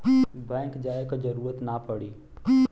bank जाये क जरूरत ना पड़ी